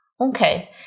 okay